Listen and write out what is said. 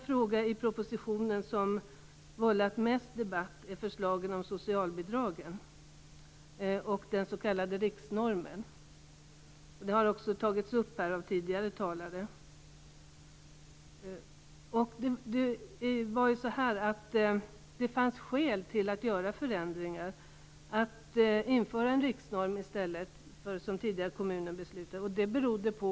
Det i propositionen som har vållat mest debatt gäller förslagen om socialbidragen och den s.k. riksnormen. Det har också tagits upp här av tidigare talare. Det fanns skäl att göra förändringar och införa en riksnorm i stället för att ha det som tidigare - att kommunen beslutade.